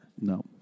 No